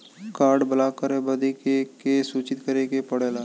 Card block करे बदी के के सूचित करें के पड़ेला?